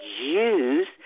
use